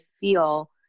feel